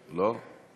לא?